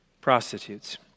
prostitutes